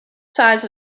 sides